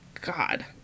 god